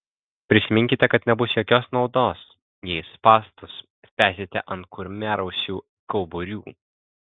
prisiminkite kad nebus jokios naudos jei spąstus spęsite ant kurmiarausių kauburių